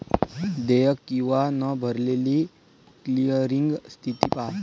देयक किंवा न भरलेली क्लिअरिंग स्थिती पहा